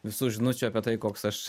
visų žinučių apie tai koks aš